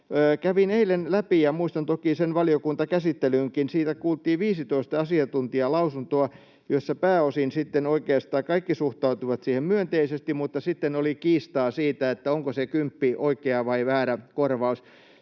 kävin eilen läpi ja muistan toki sen valiokuntakäsittelynkin. Siinä kuultiin 15 asiantuntijalausuntoa, jotka pääosin, oikeastaan kaikki, suhtautuivat siihen myönteisesti, mutta sitten oli kiistaa siitä, onko se kymppi oikea vai väärä korvaus.